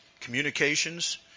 communications